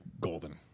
golden